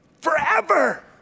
forever